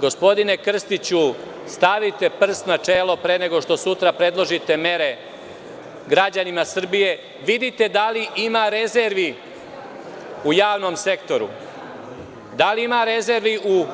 Gospodine Krstiću, stavite prst na čelo pre nego što sutra predložite mere građanima Srbije, vidite da li ima rezervi u javnom sektoru, da li ima rezervi u